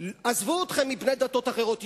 עזבו אתכם מבני דתות אחרות,